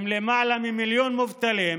עם למעלה ממיליון מובטלים,